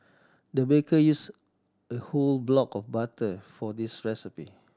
the baker use a whole block of a butter for this recipe